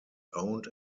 owned